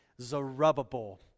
Zerubbabel